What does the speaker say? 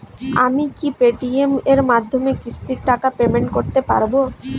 আমি কি Paytm এর মাধ্যমে কিস্তির টাকা পেমেন্ট করতে পারব?